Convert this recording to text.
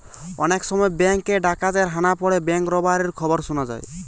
অনেক সময় বেঙ্ক এ ডাকাতের হানা পড়ে ব্যাঙ্ক রোবারির খবর শুনা যায়